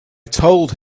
told